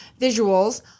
visuals